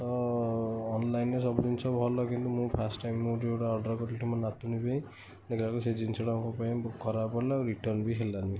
ତ ଅନ୍ଲାଇନ୍ରେ ସବୁ ଜିନିଷ ଭଲ କିନ୍ତୁ ମୁଁ ଫାର୍ଷ୍ଟ ଟାଇମ୍ ମୁଁ ଯେଉଁଟା ଅର୍ଡ଼ର୍ କରିଥିଲି ମୋ ନାତୁଣୀ ପାଇଁ ଦେଖିଲା ବେଳକୁ ସେ ଜିନିଷଟା ମୋ ପାଇଁ ଖରାପ ପଡ଼ିଲା ଆଉ ରିଟର୍ନ ବି ହେଲାନି